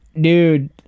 dude